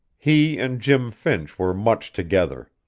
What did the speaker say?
he and jim finch were much together.